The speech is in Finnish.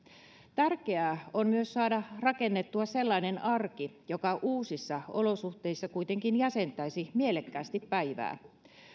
tärkeää on myös saada rakennettua sellainen arki joka uusissa olosuhteissa kuitenkin jäsentäisi mielekkäästi päivää